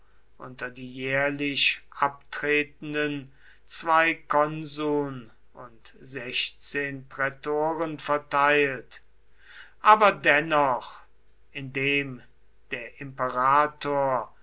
unter die jährlich abtretenden zwei konsuln und sechzehn prätoren verteilt aber dennoch indem der imperator